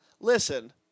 Listen